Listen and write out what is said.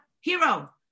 hero